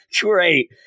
Great